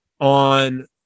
on